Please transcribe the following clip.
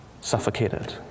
suffocated